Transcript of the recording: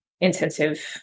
intensive